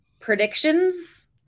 predictions